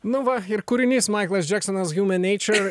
nu va ir kūrinys maiklas džeksonas human nature